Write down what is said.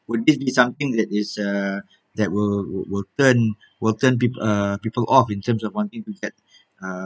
would it be something that is uh that will will turn will turn peo~ uh people off in terms of wanting to get uh